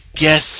guess